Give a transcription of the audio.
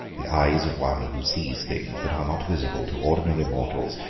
the eyes of one who sees things that are not visible to ordinary mortals,